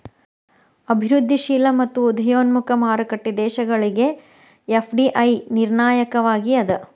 ಅಭಿವೃದ್ಧಿಶೇಲ ಮತ್ತ ಉದಯೋನ್ಮುಖ ಮಾರುಕಟ್ಟಿ ದೇಶಗಳಿಗೆ ಎಫ್.ಡಿ.ಐ ನಿರ್ಣಾಯಕವಾಗಿ ಅದ